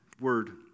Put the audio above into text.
word